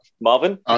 Marvin